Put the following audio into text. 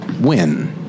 win